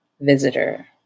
visitor